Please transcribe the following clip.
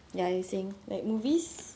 ya you were saying like movies